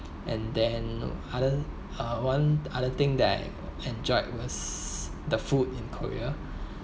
and then other uh one other thing that I enjoyed was the food in korea